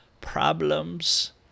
problems